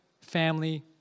family